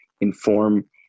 inform